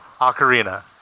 Ocarina